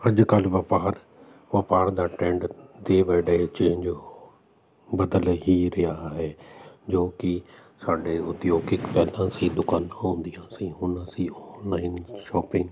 ਅੱਜ ਕੱਲ੍ਹ ਵਪਾਰ ਵਪਾਰ ਦਾ trend day by day change ਬਦਲ ਹੀ ਰਿਹਾ ਹੈ ਜੋ ਕਿ ਸਾਡੇ ਉਦਯੋਗਿਕ ਪਹਿਲਾਂ ਅਸੀਂ ਦੁਕਾਨ ਹੁੰਦੀਆਂ ਸੀ ਹੁਣ ਅਸੀਂ ਔਨਲਾਈਨ ਸ਼ੋਪਿੰਗ